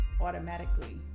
automatically